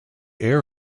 air